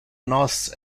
nos